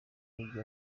nk’uko